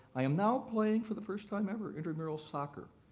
i am now playing, for the first time ever, intramural soccer.